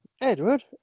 Edward